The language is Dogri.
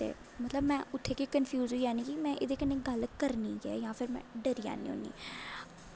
में उत्थै गै कंफ्यूज होई जन्नी कि में एह्दे कन्नै गल्ल करनी केह् ऐ जां फिर में डरी जन्नी होन्नी